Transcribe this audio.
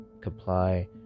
comply